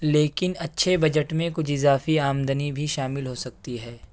لیکن اچھے بجٹ میں کچھ اضافی آمدنی بھی شامل ہو سکتی ہے